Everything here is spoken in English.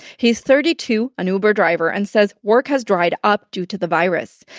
he's thirty two, an uber driver, and says work has dried up due to the virus.